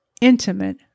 intimate